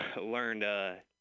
learned